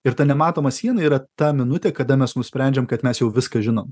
ir ta nematoma siena yra ta minutė kada mes nusprendžiam kad mes jau viską žinom